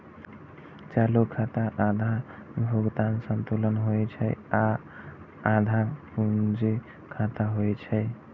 चालू खाता आधा भुगतान संतुलन होइ छै आ आधा पूंजी खाता होइ छै